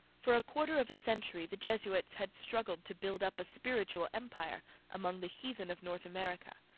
for a quarter of a century the jesuits had struggled to build up a spiritual empire among the heathen of north america,